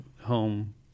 home